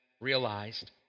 realized